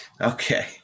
Okay